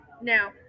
Now